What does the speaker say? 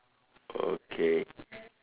okay